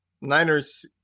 Niners